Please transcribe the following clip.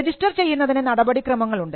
register ചെയ്യുന്നതിന് നടപടിക്രമങ്ങൾ ഉണ്ട്